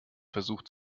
versucht